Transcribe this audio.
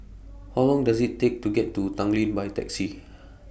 How Long Does IT Take to get to Tanglin By Taxi